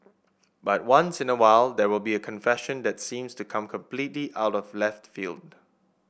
but once in a while there will be a confession that seems to come completely out of left field